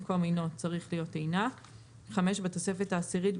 במקום "אינו" צריך להיות "אינה"; בתוספת העשירית,